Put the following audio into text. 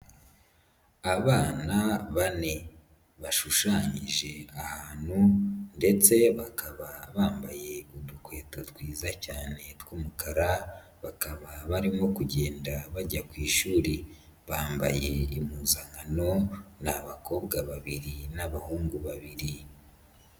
Abana bane bashushanyije ahantu ndetse bakaba bambaye udukweto twiza cyane tw'umukara, bakaba barimo kugenda bajya ku ishuri, bambaye impuzankano n'abakobwa babiri n'abahungu babiri.